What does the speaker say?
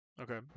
okay